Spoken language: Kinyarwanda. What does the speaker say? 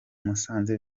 musanze